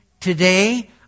today